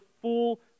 full